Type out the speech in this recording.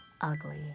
ugly